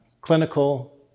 clinical